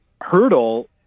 hurdle